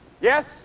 Yes